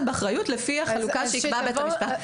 באחריות לפי החלוקה שיקבע בית המשפט.